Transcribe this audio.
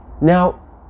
Now